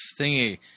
thingy